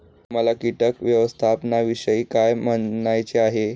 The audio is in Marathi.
तुम्हाला किटक व्यवस्थापनाविषयी काय म्हणायचे आहे?